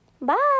Bye